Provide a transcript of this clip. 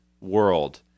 world